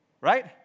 Right